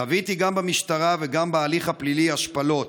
חוויתי גם במשטרה וגם בהליך הפלילי השפלות.